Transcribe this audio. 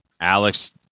Alex